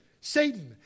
Satan